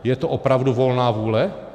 Je to opravdu volná vůle?